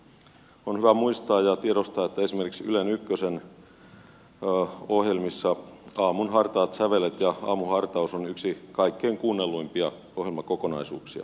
on hyvä muistaa ja tiedostaa että esimerkiksi ylen ykkösen ohjelmissa aamun hartaita säveliä ja aamuhartaus on yksi kaikkein kuunnelluimpia ohjelmakokonaisuuksia